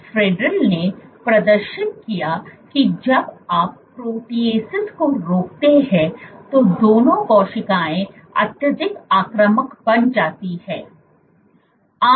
Friedl ने प्रदर्शन किया कि जब आप प्रोटीएस को रोकते है तो दोनों कोशिकाएं अत्यधिक आक्रामक बन जाती है